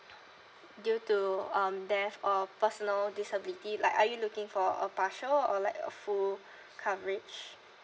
due to um death or personal disability like are you looking for a partial or like a full coverage